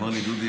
אמר לי: דודי,